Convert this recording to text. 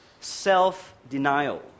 self-denial